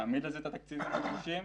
נעמיד את התקציבים הדרושים.